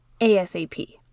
ASAP